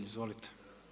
Izvolite.